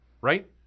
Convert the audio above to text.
right